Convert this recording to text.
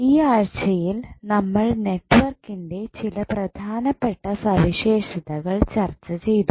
ഈ ആഴ്ചയിൽ നമ്മൾ നെറ്റ്വർക്കിൻ്റെ ചില പ്രധാനപ്പെട്ട സവിശേഷതകൾ ചർച്ച ചെയ്തു